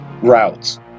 routes